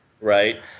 Right